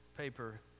Paper